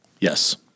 Yes